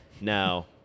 Now